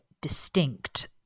distinct